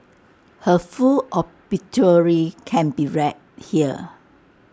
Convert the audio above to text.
her full obituary can be read here